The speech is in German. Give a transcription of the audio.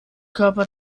körper